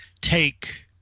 take